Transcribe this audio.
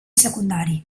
secundari